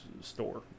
Store